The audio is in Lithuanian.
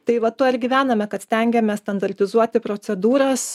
tai va tuo ir gyvename kad stengiamės standartizuoti procedūras